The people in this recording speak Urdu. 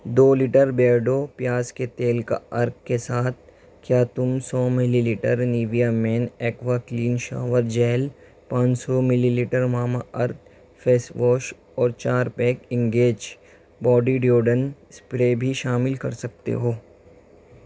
دو لیٹر بیئرڈو پیاز کے تیل کا عرق کے ساتھ کیا تم سو millilitre Nivea men aqua clean shower gel پانچ سو millilitre Mamaearth face wash اور چار pack Engage body deodorant spray بھی شامل کر سکتے ہو